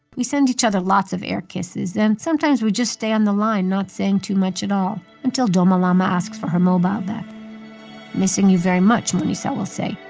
we send each other lots of air kisses. and sometimes, we just stay on the line not saying too much at all until douma lama asks for her mobile back missing you very much, manisha will say,